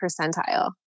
percentile